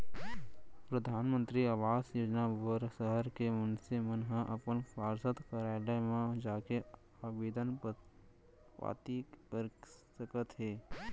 परधानमंतरी आवास योजना बर सहर के मनसे मन ह अपन पार्षद कारयालय म जाके आबेदन पाती कर सकत हे